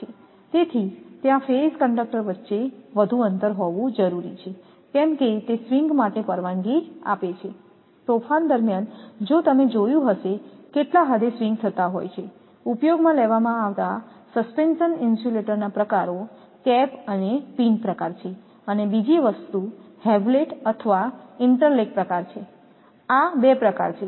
તેથી ત્યાં phase conductor વચ્ચે વધુ અંતર હોવું જરૂરી છે કેમ કે તે સ્વિંગ માટે પરવાનગી આપે છે તોફાન દરમિયાન જો તમે જોયું હશે કેટલા હદે સ્વિંગ થતા હોય છે ઉપયોગમાં લેવાતા સસ્પેન્શન ઇન્સ્યુલેટરના પ્રકારો કેપ અને પિન પ્રકાર છે અને બીજી વસ્તુ હેવલેટ s અથવા ઇન્ટર લિંક પ્રકાર છે આ બે પ્રકાર છે